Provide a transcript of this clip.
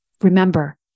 remember